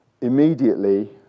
immediately